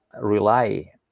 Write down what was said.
rely